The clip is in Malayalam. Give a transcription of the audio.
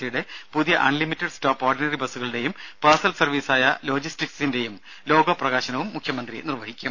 സിയുടെ പുതിയ അൺലിമിറ്റഡ് സ്റ്റോപ്പ് ഓർഡിനറി ബസുകളുടേയും പാർസൽ സർവീസായ ലോജിസ്റ്റിക്സിന്റേയും ലോഗോ പ്രകാശനവും മുഖ്യമന്ത്രി നിർവഹിക്കും